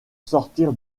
sortir